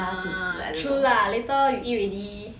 ah true lah later you eat already